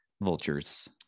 vultures